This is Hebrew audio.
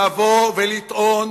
לבוא ולטעון